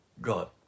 God